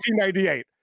1998